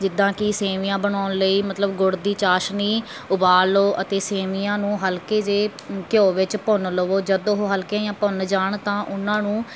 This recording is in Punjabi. ਜਿੱਦਾਂ ਕਿ ਸੇਮੀਆਂ ਬਣਾਉਣ ਲਈ ਮਤਲਬ ਗੁੜ ਦੀ ਚਾਸ਼ਣੀ ਉਬਾਲ ਲਓ ਅਤੇ ਸੇਮੀਆਂ ਨੂੰ ਹਲਕੇ ਜਿਹੇ ਘਿਓ ਵਿੱਚ ਭੁੰਨ ਲਵੋ ਜਦੋਂ ਉਹ ਹਲਕੀਆਂ ਜਿਹੀਆਂ ਭੁੰਨ ਜਾਣ ਤਾਂ ਉਨ੍ਹਾਂ ਨੂੰ